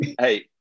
Hey